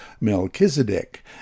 Melchizedek